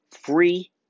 free